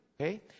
Okay